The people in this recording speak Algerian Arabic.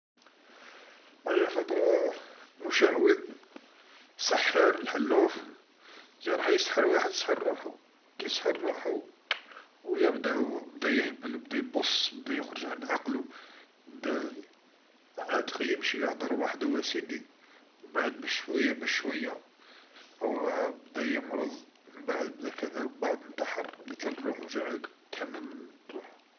أيا خطرا مشعوذ السحار الحلوف جا راح يسحر واحد سحر روحو، كسحر روحو و يبدا و بدا يهبل و بدا يبص بدا يخرج عن عقلو بدا عاد غيمشي و يهدر وحدو أسيدي، مبعد بالشويا بالشويا هو بدا يمرض مبعد بدا كذا مبعد إنتحر، كتل روحو جاعاق تهنى من روحو.